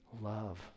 love